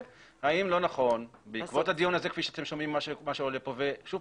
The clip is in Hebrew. האם לא נכון בעקבות הדיון הזה שאתם שומעים מה עולה פה ושוב,